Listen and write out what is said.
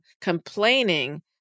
complaining